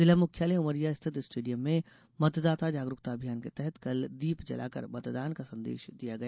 जिला मुख्यालय उमरिया स्थित स्टेडियम में मतदाता जागरूकता अभियान के तहत कल दीप जलाकर मतदान का संदेश दिया गया